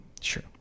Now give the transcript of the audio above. sure